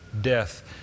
death